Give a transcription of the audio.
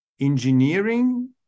engineering